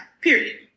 period